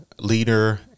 leader